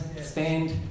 stand